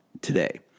today